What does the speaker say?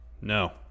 No